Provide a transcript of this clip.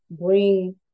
bring